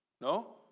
No